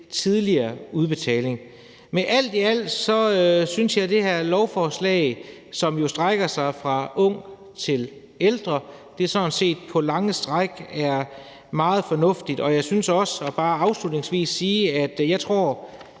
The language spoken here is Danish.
tidligere udbetaling. Alt i alt synes jeg, at det her lovforslag, som strækker sig fra ung til ældre, sådan set på lange stræk er meget fornuftigt, og jeg vil bare afslutningsvis sige, at jeg tror,